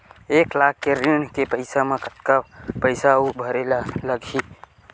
एक लाख के ऋण के पईसा म कतका पईसा आऊ भरे ला लगही?